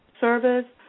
service